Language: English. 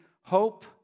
hope